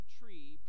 tree